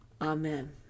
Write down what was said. Amen